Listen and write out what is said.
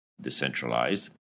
decentralized